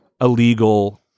illegal